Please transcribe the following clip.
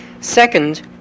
Second